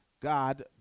god